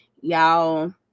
y'all